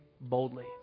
boldly